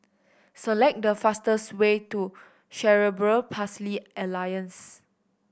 select the fastest way to Cerebral Palsy Alliance